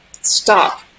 stop